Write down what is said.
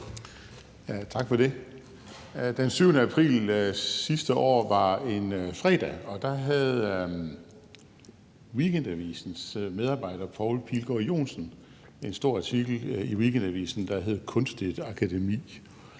Tak for det. Den 7. april sidste år var en fredag, og der havde Weekendavisens medarbejder Poul Pilgaard Johnsen en stor artikel, der hed »Kunstigt akademi«.